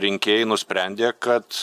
rinkėjai nusprendė kad